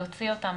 להוציא אותן.